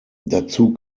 dazu